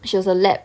she was a lab